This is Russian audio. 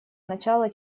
начало